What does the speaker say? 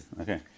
okay